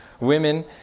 Women